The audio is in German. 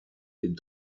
den